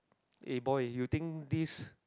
eh boy you think this